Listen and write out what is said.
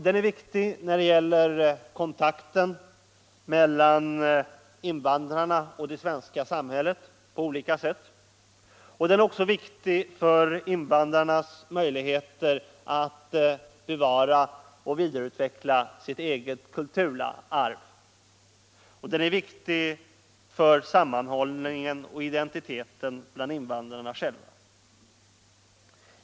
Den är viktig när det gäller kontakten mellan invandrarna och det svenska samhället, och den är också viktig för invandrarnas möjligheter att bevara och vidareutveckla sitt eget kulturarv. Den är vidare viktig för sammanhållningen och för bevarandet av identiteten hos invandrarna själva.